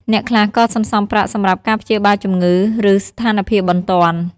អ្នកខ្លះក៏សន្សំប្រាក់សម្រាប់ការព្យាបាលជំងឺ ឬស្ថានភាពបន្ទាន់។